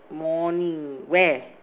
morning where